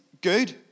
good